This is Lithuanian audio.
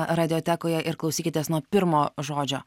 radiotekoje ir klausykitės nuo pirmo žodžio